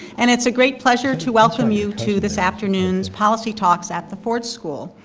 and it's a great pleasure to welcome you to this afternoon's policy talks at the ford school.